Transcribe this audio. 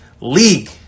League